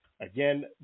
Again